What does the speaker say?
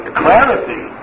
clarity